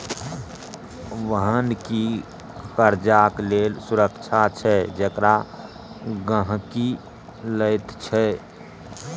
बन्हकी कर्जाक लेल सुरक्षा छै जेकरा गहिंकी लैत छै